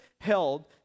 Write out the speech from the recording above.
held